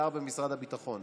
שר במשרד הביטחון.